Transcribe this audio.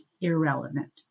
irrelevant